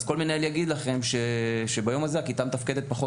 אז כל מנהל יגיד לכם שביום הזה הכיתה מתפקדת פחות